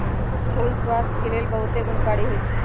फल स्वास्थ्य के लेल बहुते गुणकारी होइ छइ